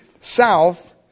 south